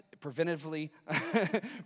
preventively